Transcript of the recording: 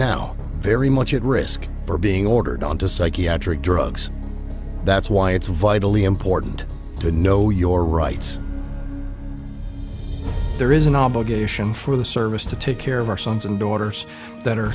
now very much at risk for being ordered on to psychiatric drugs that's why it's vitally important to know your rights there is an obligation for the service to take care of our sons and daughters that are